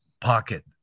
pocket